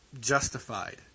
justified